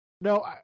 No